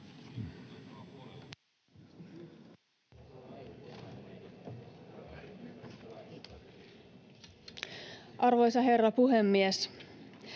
Arvoisa herra puhemies!